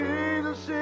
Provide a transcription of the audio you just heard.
Jesus